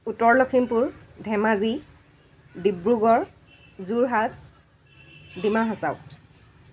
Uttar Lakhimpur Dhemaji Dibrugarh Jorhat Dima Hasao